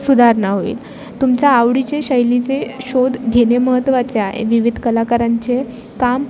सुधारणा होईल तुमच्या आवडीचे शैलीचे शोध घेणे महत्त्वाचे आहे विविध कलाकारांचे काम